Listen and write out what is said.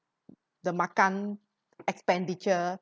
the makan expenditure